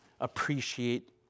appreciate